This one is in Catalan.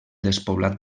despoblat